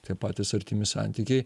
tie patys artimi santykiai